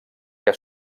que